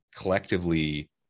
collectively